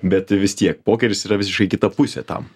bet vis tiek pokeris yra visiškai kita pusė tam